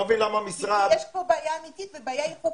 יש כאן בעיה אמיתית והבעיה היא חוקתית.